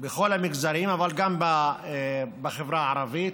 בכל המגזרים, אבל גם בחברה הערבית,